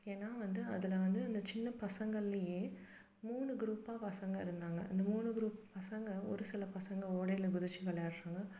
ஏன்னால் வந்து அதில் வந்து அந்த சின்ன பசங்கள்லேயே மூணு குரூப்பாக பசங்கள் இருந்தாங்க அந்த மூணு குரூப் பசங்கள் ஒரு சில பசங்கள் ஓடையில் குதித்து விளையாட்றாங்க